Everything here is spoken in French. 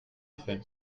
effet